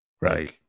right